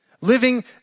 Living